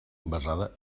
basada